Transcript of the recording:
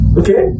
okay